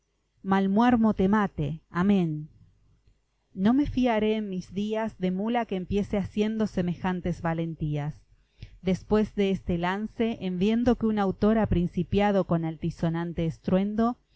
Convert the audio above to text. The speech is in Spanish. mal muermo te mate amén no me fiaré en mis días de mula que empiece haciendo semejantes valentías después de este lance en viendo que un autor ha principiado con altisonante estruendo